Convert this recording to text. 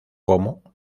como